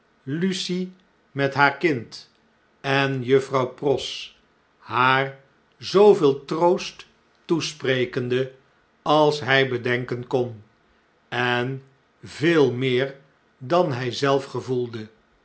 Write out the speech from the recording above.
lucie met haar kind en juffrouw pross haar zooveel troost toesprekende als hij bedenken kon en veel meer dan hn zelf gevoelde